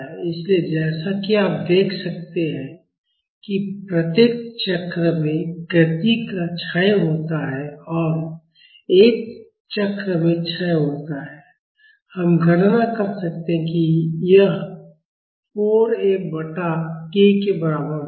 इसलिए जैसा कि आप देख सकते हैं कि प्रत्येक चक्र में गति का क्षय होता है और एक चक्र में क्षय होता है हम गणना कर सकते हैं और यह 4 F बटा k के बराबर होगा